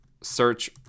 search